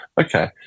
okay